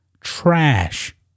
trash